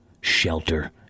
shelter